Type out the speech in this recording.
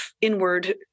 inward